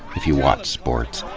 if you watch sports.